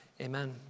amen